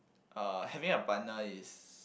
uh having a partner is